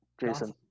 Jason